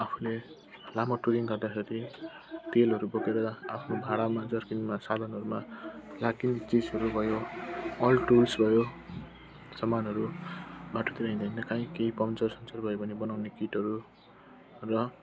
आफूले लामो टुरिङ गर्दाखेरि तेलहरू बोकेर आफ्नो भाँडामा जर्किनमा सालनहरूमा ल्याकिङ चिजहरू भयो अल टुल्स भयो सामानहरू बाटोतिर हिँड्दा हिँड्दा काहीँ केही पङ्कचर चर भयो भने बनाउने किटहरू र